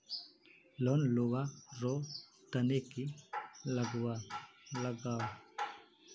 Loan लुवा र तने की लगाव?